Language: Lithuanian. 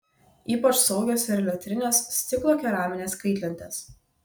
ypač saugios ir elektrinės stiklo keraminės kaitlentės